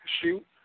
shoot